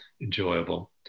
enjoyable